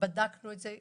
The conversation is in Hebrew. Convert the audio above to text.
בדקנו את זה.